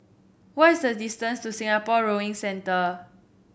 what is the distance to Singapore Rowing Centre